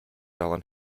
allen